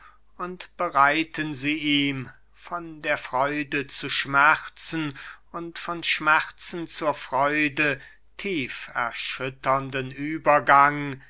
und bereiten sie ihm von der freude zu schmerzen und von schmerzen zur freude tief erschütternden übergang